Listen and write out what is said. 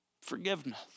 forgiveness